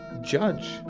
judge